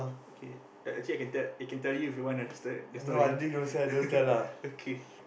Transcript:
okay I actually I can tell I can tell you if you wanna the story the story okay